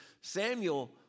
Samuel